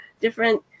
different